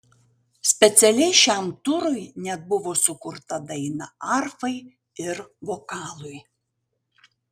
specialiai šiam turui net buvo sukurta daina arfai ir vokalui